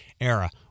era